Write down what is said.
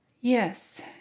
Yes